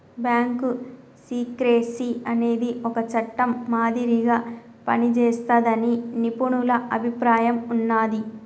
bank secrecy అనేది ఒక చట్టం మాదిరిగా పనిజేస్తాదని నిపుణుల అభిప్రాయం ఉన్నాది